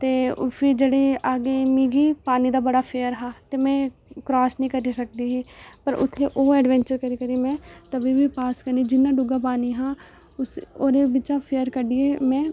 ते भी जेह्ड़ी अग्गें मिगी पानी दा बड़ा फेयर हा ते में क्रास निं करी सकदी ही पर उत्थै ओह् एडवैंचर करी करी में तवी बी पार करनी जिन्ना डूंह्गा पानी हा उसी ओह्दे बिच्चा फेयर कड्ढी में